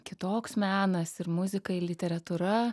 kitoks menas ir muzika ir literatūra